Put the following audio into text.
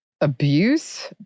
abuse